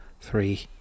three